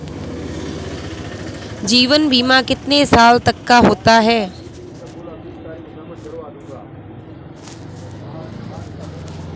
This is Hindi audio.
जीवन बीमा कितने साल तक का होता है?